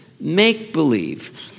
make-believe